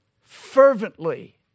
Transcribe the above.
fervently